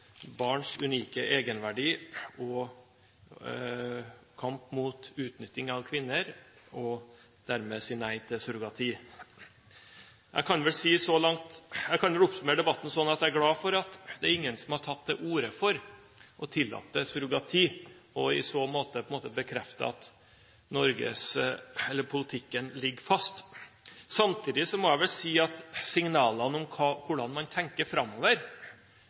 barns unike egenverdi og for kampen mot utnytting av kvinner, og dermed si nei til surrogati. Jeg kan vel oppsummere debatten med å si at jeg er glad for at det er ingen som har tatt til orde for å tillate surrogati, og i så måte bekrefter at politikken ligger fast. Samtidig har signalene om hvordan man tenker framover,